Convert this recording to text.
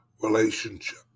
relationship